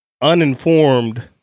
uninformed